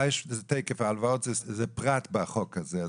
--- ההלוואות זה פרט בחוק הזה,